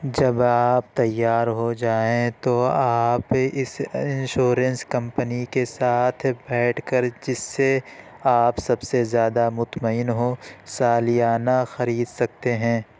جب آپ تیار ہو جائیں تو آپ اس انشورنس کمپنی کے ساتھ بیٹھ کر جس سے آپ سب سے زیادہ مطمئن ہوں سالانہ خرید سکتے ہیں